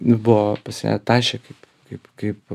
buvo pas ją tašė kaip kaip kaip